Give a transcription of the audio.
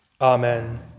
Amen